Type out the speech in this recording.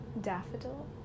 daffodil